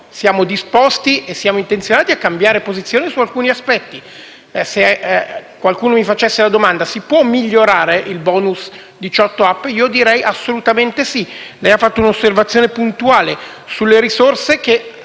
siamo disposti e intenzionati a cambiare posizione su alcuni aspetti. Se qualcuno mi facesse la domanda: si può migliorare il *bonus* 18app? Direi: assolutamente sì. Lei ha fatto un'osservazione puntuale sulle risorse che